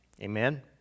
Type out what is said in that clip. Amen